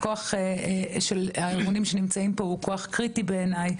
הכוח של הארגונים שנמצאים פה הוא כוח קריטי בעיני,